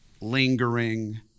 lingering